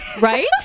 Right